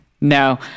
No